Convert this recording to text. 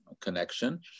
connection